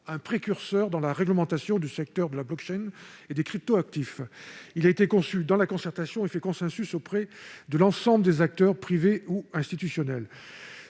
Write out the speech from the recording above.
précurseur dans la réglementation du secteur de la et des crypto-actifs. Il a été conçu dans la concertation et fait consensus auprès de l'ensemble des acteurs, privés ou institutionnels.